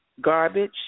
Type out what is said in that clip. garbage